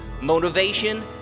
motivation